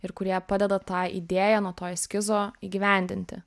ir kurie padeda tą idėją nuo to eskizo įgyvendinti